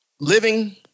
living